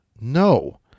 No